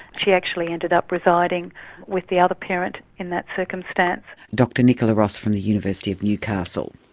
she actually ended up residing with the other parent in that circumstance. dr nicola ross from the university of newcastle.